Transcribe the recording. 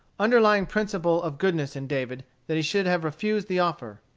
underlying principle of goodness in david, that he should have refused the offer.